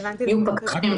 יהיו פקחים